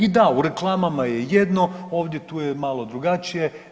I da u reklamama je jedno, ovdje tu je malo drugačije.